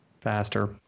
faster